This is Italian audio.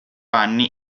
anni